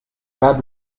bad